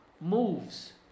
moves